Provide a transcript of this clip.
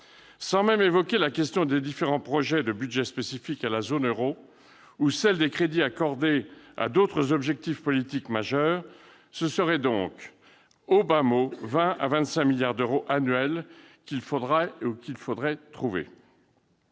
Sans même évoquer la question des différents projets de budgets spécifiques à la zone euro ou celle des crédits accordés à d'autres objectifs politiques majeurs, ce serait donc, au bas mot, 20 milliards à 25 milliards d'euros annuels qu'il faudrait trouver.